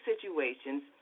situations